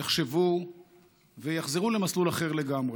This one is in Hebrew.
יחשבו ויחזרו למסלול אחר לגמרי,